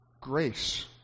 grace